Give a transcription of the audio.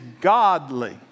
godly